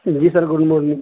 G sir good morning